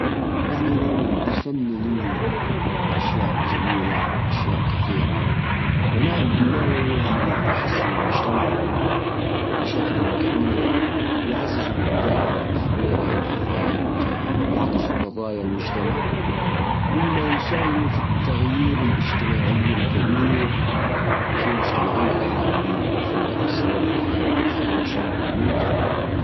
بالطبع الفن يحسن المجتمع بطرق كثيرة يعزز الوعي الثقافي ويقرب بين الناس يخليهم يتناقشون في مواضيع مهمة بعدين يفتح مجالات للإبداع والإبتكار ويدعم الصحة النفسية يعني الفن له دور كبير في تحسين جودة الحياة